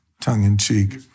tongue-in-cheek